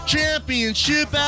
Championship